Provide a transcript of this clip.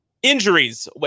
Injuries